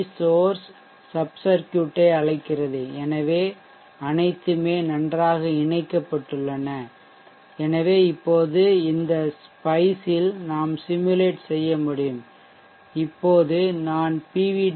source sub சர்க்யூட்டை அழைக்கிறது எனவே அனைத்துமே நன்றாக இணைக்கப்பட்டுள்ளன எனவே இப்போது இந்த ஸ்பைஷ் இல் நாம் சிமுலேட் செய்ய முடியும் இப்போது நான் PV